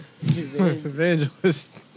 Evangelist